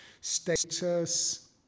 status